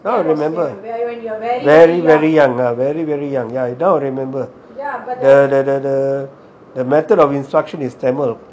now I remember very very young ah very very young now I remember the the the the method of instruction is tamil